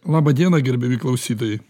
labą dieną gerbiami klausytojai